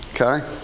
okay